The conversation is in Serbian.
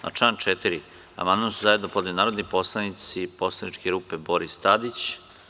Na član 4. amandman su zajedno podneli narodni poslanici poslaničke grupe Boris Tadić.